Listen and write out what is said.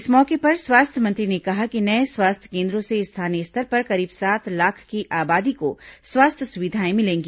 इस मौके पर स्वास्थ्य मंत्री ने कहा कि नये स्वास्थ्य केन्द्रों से स्थानीय स्तर पर करीब सात लाख की आबादी को स्वास्थ्य सुविधाएं मिलेंगी